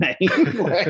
name